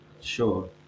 Sure